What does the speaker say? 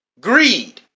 Greed